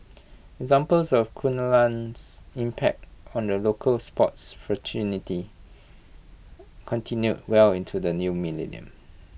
examples of Kunalan's impact on the local sports fraternity continue well into the new millennium